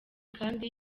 kandi